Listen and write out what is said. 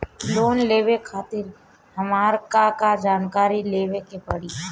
Loan लेवे खातिर हमार का का जानकारी देवे के पड़ी?